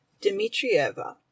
Dmitrieva